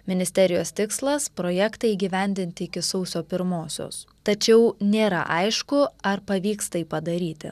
ministerijos tikslas projektą įgyvendinti iki sausio pirmosios tačiau nėra aišku ar pavyks tai padaryti